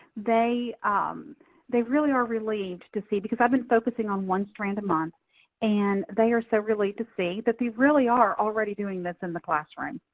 they um they really are relieved to see because i've been focusing on one strand a month and they are so relieved to see that these really are already doing this in the classroom.